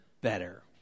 better